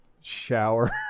shower